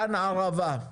כאן ערבה.